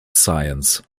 science